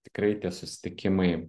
tikrai tie susitikimai